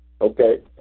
Okay